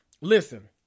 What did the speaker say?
listen